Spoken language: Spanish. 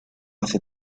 hace